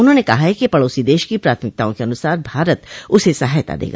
उन्होंने कहा है कि पड़ोसी देश की प्राथमिकताओं के अनुसार भारत उसे सहायता देगा